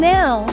Now